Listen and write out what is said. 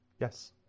Yes